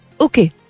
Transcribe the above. okay